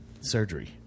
surgery